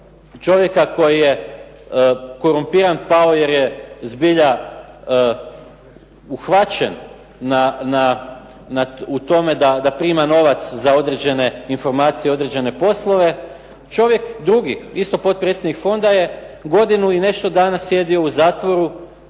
čovjeka koji je korumpiran pao jer je zbilja uhvaćen u tome da prima novac za određene informacije, određene poslove, čovjek drugi, isto potpredsjednik fonda je godinu i nešto dana sjedio u zatvoru,